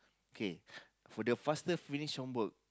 okay for the faster finish homework